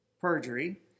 perjury